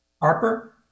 Harper